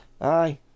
aye